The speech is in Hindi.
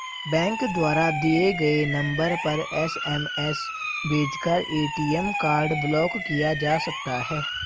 बैंक द्वारा दिए गए नंबर पर एस.एम.एस भेजकर ए.टी.एम कार्ड ब्लॉक किया जा सकता है